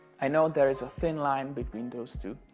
i know there is a thin line between those two.